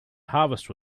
harvest